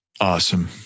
Awesome